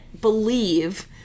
believe